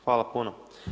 hvala puno.